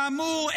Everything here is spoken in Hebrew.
כאמור,